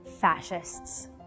Fascists